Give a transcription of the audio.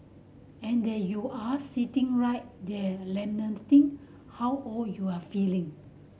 and there you are sitting right there lamenting how old you're feeling